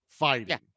fighting